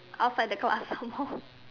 off right they go ask some more